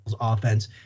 offense